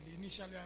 Initially